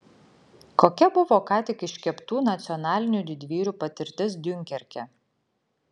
kokia buvo ką tik iškeptų nacionalinių didvyrių patirtis diunkerke